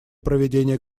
проведения